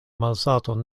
malsaton